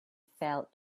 felt